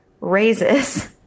raises